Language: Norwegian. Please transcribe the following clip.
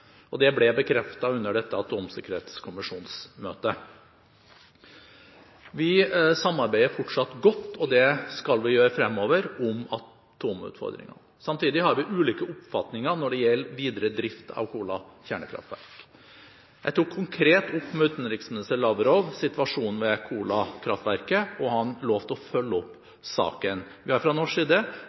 Det ble bekreftet under dette atomsikkerhetskommisjonsmøtet. Vi samarbeider fortsatt godt om atomutfordringene, og det skal vi gjøre fremover. Samtidig har vi ulike oppfatninger når det gjelder videre drift av Kola kjernekraftverk. Jeg tok konkret opp med utenriksminister Lavrov situasjonen ved Kola-kraftverket, og han lovte å følge opp saken. Vi har fra norsk side